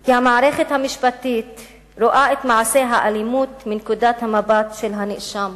כי המערכת המשפטית רואה את מעשה האלימות מנקודת המבט של הנאשם,